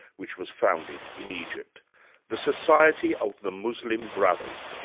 which was founded in egypt the society of the muslim brothers,